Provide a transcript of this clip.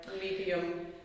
medium